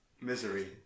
misery